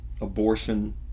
abortion